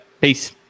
Peace